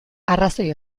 arrazoi